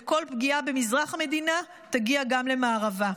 וכל פגיעה במזרח המדינה תגיע גם למערבה.